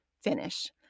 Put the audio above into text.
finish